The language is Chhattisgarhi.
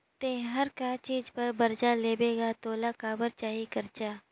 ते हर का चीच बर बरजा लेबे गा तोला काबर चाही करजा